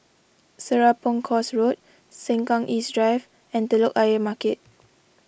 Serapong Course Road Sengkang East Drive and Telok Ayer Market